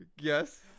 Yes